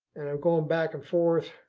and i'm going back and forth.